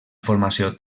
formació